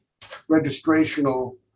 registrational